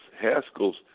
Haskell's